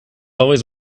always